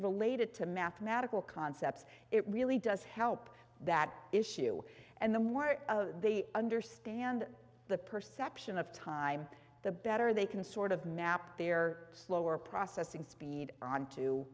relate it to mathematical concepts it really does help that issue and the more they understand the perception of time the better they can sort of map their slower processing speed onto